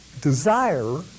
desire